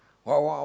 what what